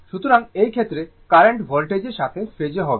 সুতরাং এই ক্ষেত্রে কারেন্ট ভোল্টেজের সাথে ফেজে হবে